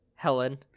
Helen